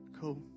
Cool